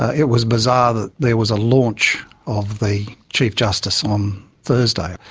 it was bizarre there was a launch of the chief justice on thursday.